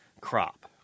crop